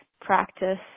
practice